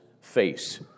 face